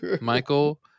Michael